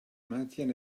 maintiens